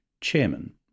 chairman